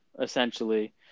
essentially